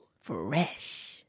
Fresh